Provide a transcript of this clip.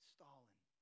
Stalin